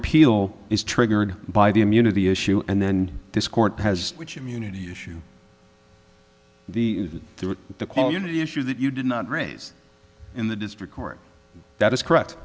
appeal is triggered by the immunity issue and then this court has which immunity issue the through the quality issue that you did not raise in the district court that is correct